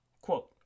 Quote